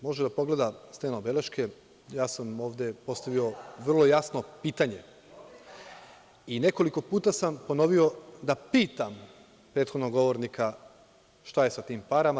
Može da pogleda steno beleške, ovde sam postavio vrlo jasno pitanje i nekoliko puta sam ponovio da pitam prethodnog govornika šta je sa tim parama?